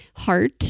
Heart